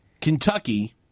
Kentucky